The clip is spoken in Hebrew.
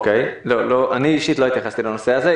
אני אישית לא התייחסתי לנושא הזה.